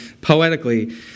poetically